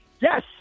Yes